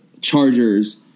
chargers